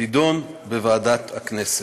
תידון בוועדת הכנסת.